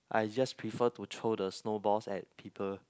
I just prefer to throw the snowballs at people